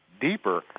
deeper